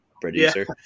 producer